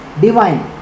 divine